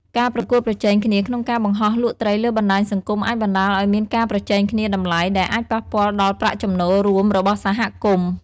ការប្រកួតប្រជែងគ្នាក្នុងការបង្ហោះលក់ត្រីលើបណ្តាញសង្គមអាចបណ្តាលឱ្យមានការប្រជែងគ្នាតម្លៃ ដែលអាចប៉ះពាល់ដល់ប្រាក់ចំណូលរួមរបស់សហគមន៍។